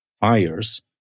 fires